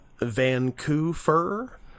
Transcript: Vancouver